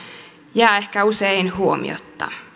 jää ehkä usein huomiotta